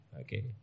Okay